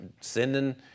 sending